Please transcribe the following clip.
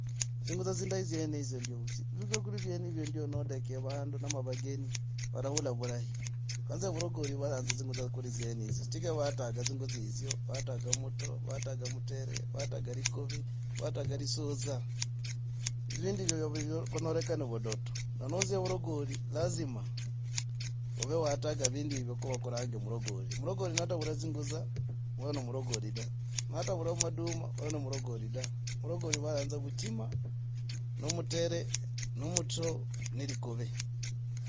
Dzingutsa zindayi dzienetsa ndya vuch siku yoguria dzienezo ndio nodek vondu ama vageni varaula vurahi. Kwanza evurogori vuyanza dzingutsa kuri dzinetso chigira vataga dzingutsa hizo, vataga muta, vataga mutere, vataga likuvi, vataga lisuza, vindu hivyo kunyorekaa no vudato. Na nadzia vuragari lazima ov vataga vindu hivo ko vakurange mrogori. Mrogori natavula dzingutsa oyo na mrogori, da natavura maduma oyo na muragori da varagori vayanza vuchima na mutere ne likuvi